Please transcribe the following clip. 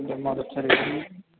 ఇదే మొదటిసారా అండి